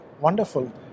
Wonderful